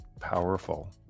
powerful